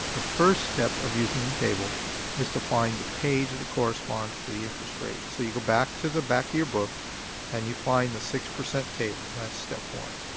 the first step of using the table is to find the page that corresponds to the interest rate. so you go back to the back of your book and you find the six percent table, that's step one.